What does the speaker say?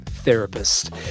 therapist